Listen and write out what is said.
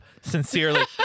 Sincerely